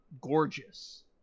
gorgeous